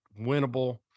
winnable